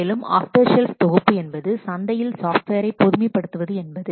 மேலும் off the shelf தொகுப்பு என்பது சந்தையில் சாஃப்ட்வேரை பொதுமைப்படுத்துவது என்பது